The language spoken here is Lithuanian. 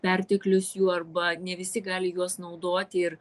perteklius jų arba ne visi gali juos naudoti ir